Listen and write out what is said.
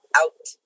out